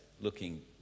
looking